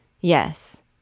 Yes